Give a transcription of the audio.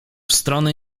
strony